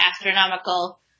astronomical